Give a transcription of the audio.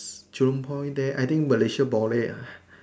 Jurong point there I think Malaysia boleh ah